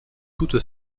toutes